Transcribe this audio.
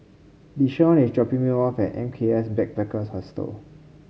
Deshaun is dropping me off at M K S Backpackers Hostel